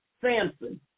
Samson